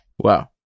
Wow